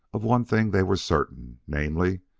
of one thing they were certain namely,